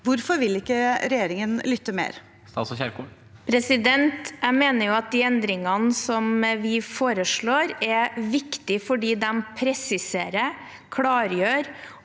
Hvorfor vil ikke regjeringen lytte mer? Statsråd Ingvild Kjerkol Jeg mener jo at de endringene som vi foreslår, er viktige fordi de presiserer, klargjør